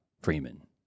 Freeman